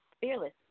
Fearless